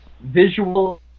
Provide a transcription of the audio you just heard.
visual